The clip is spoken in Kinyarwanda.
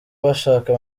bashaka